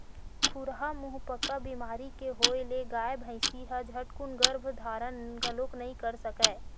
खुरहा मुहंपका बेमारी के होय ले गाय, भइसी ह झटकून गरभ धारन घलोक नइ कर सकय